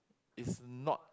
is not